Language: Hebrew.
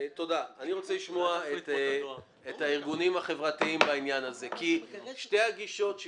אני רוצה לשמוע את הארגונים החברתיים בעניין הזה כי יש פה שתי גישות.